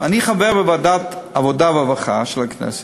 אני חבר ועדת העבודה והרווחה של הכנסת,